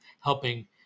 helping